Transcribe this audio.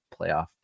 playoff